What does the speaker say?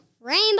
Rainbow